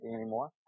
anymore